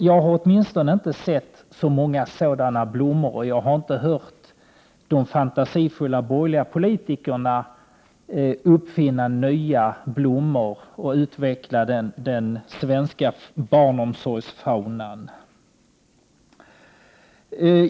Jag har i varje fall inte sett så många sådana blommor, och jag har inte hört de fantasifulla borgerliga politikerna uppfinna nya blommor och utveckla den svenska barnomsorgsfaunan.